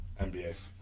NBA